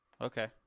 Okay